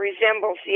resembles